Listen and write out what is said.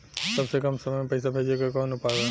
सबसे कम समय मे पैसा भेजे के कौन उपाय बा?